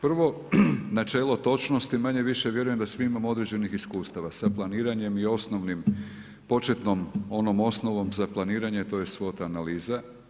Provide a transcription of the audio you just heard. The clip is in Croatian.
Prvo načelo točnosti manje-više vjerujem da svi imamo određenih iskustava sa planiranjem i osnovnom početnom onom osnovom za planiranje a to je SWOT analiza.